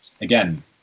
again